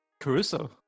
Caruso